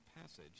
passage